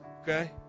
okay